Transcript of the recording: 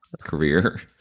career